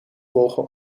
volgen